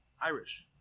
Irish